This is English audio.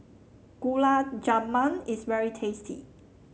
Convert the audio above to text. Gulab Jamun is very tasty